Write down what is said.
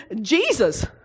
Jesus